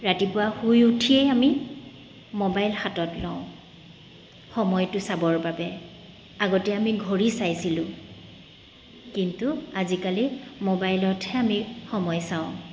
ৰাতিপুৱা শুই উঠিয়েই আমি মোবাইল হাতত লওঁ সময়টো চাবৰ বাবে আগতে আমি ঘৰি চাইছিলোঁ কিন্তু আজিকালি মোবাইলতহে আমি সময় চাওঁ